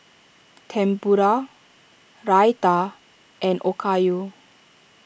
Tempura Raita and Okayu